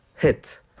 Hit